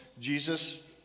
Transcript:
Jesus